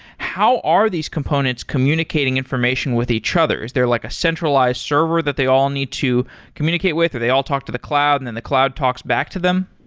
how are these components communicating information with each other? is there like a centralized server that they all need to communicate with? do they all talk to the cloud and then the cloud talks back to them?